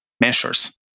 measures